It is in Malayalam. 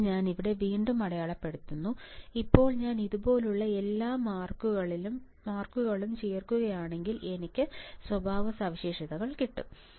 അതിനാൽ ഞാൻ ഇവിടെ വീണ്ടും അടയാളപ്പെടുത്തുന്നു ഇപ്പോൾ ഞാൻ ഇതുപോലുള്ള എല്ലാ മാർക്കുകളിലും ചേർക്കുകയാണെങ്കിൽ എനിക്ക് സ്വഭാവസവിശേഷതകൾ കിട്ടും